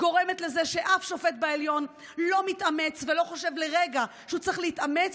גורמת לזה שאף שופט בעליון לא מתאמץ ולא חושב לרגע שהוא צריך להתאמץ